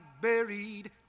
buried